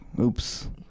Oops